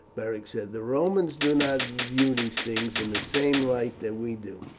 beric said. the romans do not view these things in the same light that we do.